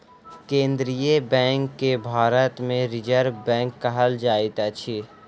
केन्द्रीय बैंक के भारत मे रिजर्व बैंक कहल जाइत अछि